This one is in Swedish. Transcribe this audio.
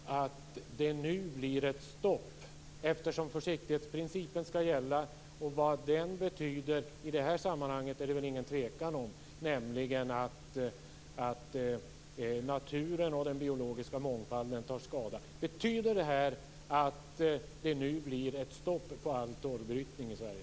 Fru talman! Betyder detta, Gudrun Lindvall, att det nu blir ett stopp, eftersom försiktighetsprincipen skall gälla? Vad den betyder i detta sammanhang är det väl ingen tvekan om, nämligen att naturen och den biologiska mångfalden inte skall ta skada. Betyder detta att det nu blir ett stopp för all torvbrytning i Sverige?